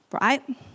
right